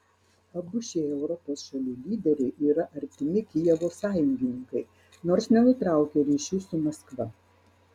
abu šie europos šalių lyderiai yra artimi kijevo sąjungininkai nors nenutraukia ryšių su maskva